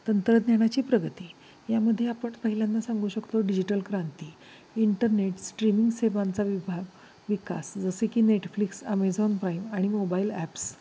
तंत्रज्ञानाची प्रगती यामध्ये आपण पहिल्यांदा सांगू शकतो डिजिटल क्रांती इंटरनेट स्ट्रीमिंग सेवांचा विभाग विकास जसे की नेटफ्लिक्स अमेझॉन प्राईम आणि मोबाईल ॲप्स